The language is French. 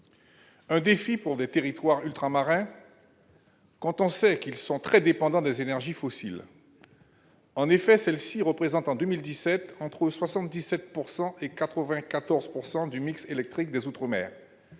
taille pour les territoires ultramarins, quand on sait qu'ils sont très dépendants des énergies fossiles. En effet, celles-ci représentaient, en 2017, entre 77 % et 94 % du mix électrique des outre-mer,